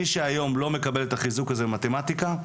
מי שהיום לא מקבל את החיזוק הזה במתמטיקה,